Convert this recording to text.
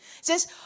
Says